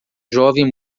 jovem